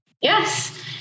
Yes